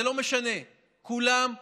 זה לא משנה, כולם צריכים.